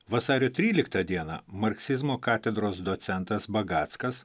vasario tryliktą dieną marksizmo katedros docentas bagackas